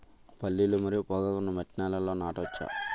పల్లీలు మరియు పొగాకును మట్టి నేలల్లో నాట వచ్చా?